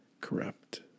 corrupt